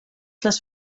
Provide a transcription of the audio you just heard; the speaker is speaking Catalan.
les